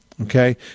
Okay